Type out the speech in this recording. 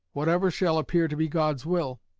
whatever shall appear to be god's will,